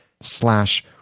slash